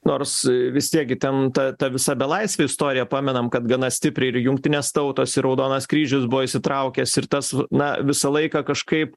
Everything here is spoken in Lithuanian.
nors vis tiek įtempta ta visa belaisvių istorija pamenam kad gana stipriai ir jungtinės tautos ir raudonas kryžius buvo įsitraukęs ir tas na visą laiką kažkaip